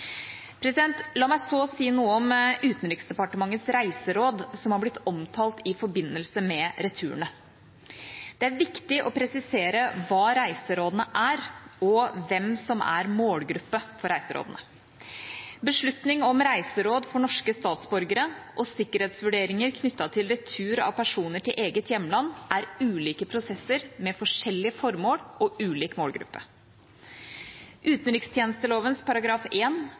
La meg så si noe om Utenriksdepartementets reiseråd, som har blitt omtalt i forbindelse med returene. Det er viktig å presisere hva reiserådene er, og hvem som er målgruppe for reiserådene. Beslutning om reiseråd for norske statsborgere og sikkerhetsvurderinger knyttet til retur av personer til eget hjemland er ulike prosesser med forskjellig formål og ulik målgruppe.